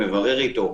מברר אתו,